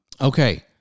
Okay